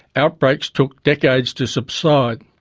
outbreaks took decades to subside.